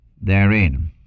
therein